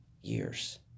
years